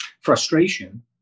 frustration